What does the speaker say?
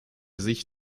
sich